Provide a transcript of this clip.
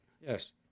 Yes